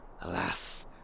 Alas